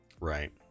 right